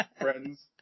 Friends